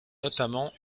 notamment